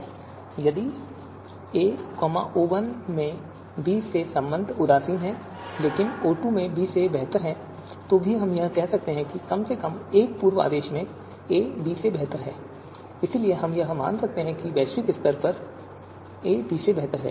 अब यदि a O1 में b के संबंध में उदासीन है लेकिन O2 में b से बेहतर है तो हम यह भी कहेंगे कि कम से कम एक पूर्व आदेश में a b से बेहतर है इसलिए हम मान सकते हैं कि a विश्व स्तर पर b से बेहतर है